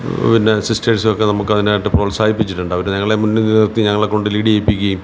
പിന്നെ സിസ്റ്റേഴ്സൊക്കെ നമുക്ക് അതിനായിട്ട് പ്രോത്സാഹിപ്പിച്ചിട്ടുണ്ട് അവർ ഞങ്ങളെ മുന്നിൽ നിർത്തി ഞങ്ങളെക്കൊണ്ട് ലീഡ് ചെയ്യിപ്പിക്കേം